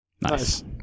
Nice